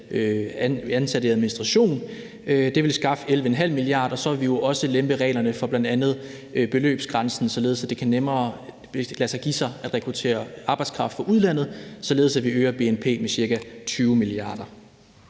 ansatte i administrationen. Det vil skaffe 11,5 mia. kr. Så vil vi jo også lempe reglerne for bl.a. beløbsgrænsen, således at det nemmere kan lade sig give sig at rekruttere arbejdskraft fra udlandet, og således at vi øger bnp med cirka 20 mia. kr.